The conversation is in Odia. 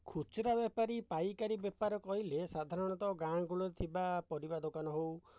ଖୁଚୁରା ବେପାରୀ ପାଇକାରୀ ବେପାର କହିଲେ ସାଧାରଣତଃ ଗାଁ ଗହଳିର ଥିବା ପରିବା ଦୋକାନ ହେଉ